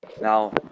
Now